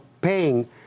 paying